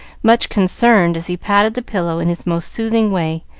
much concerned as he patted the pillow in his most soothing way,